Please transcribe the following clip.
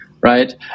Right